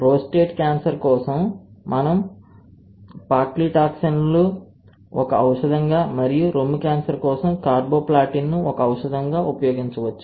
prostate cancer కోసం మనము పాక్లిటాక్సెల్ను ఒక ఔషధం గా మరియు రొమ్ము క్యాన్సర్ కోసం కార్బోప్లాటిన్ ను ఒక ఔషధం గా ఉపయోగించవచ్చు